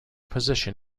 position